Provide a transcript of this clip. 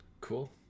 cool